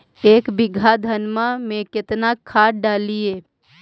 एक बीघा धन्मा में केतना खाद डालिए?